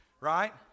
right